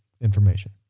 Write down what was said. information